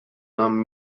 nam